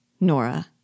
Nora